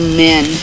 men